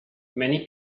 many